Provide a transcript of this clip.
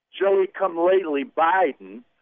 Joey-come-lately-Biden